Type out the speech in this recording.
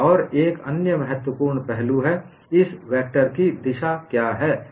और एक अन्य महत्वपूर्ण पहलू है इस वेक्टर की दिशा क्या है